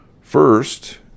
First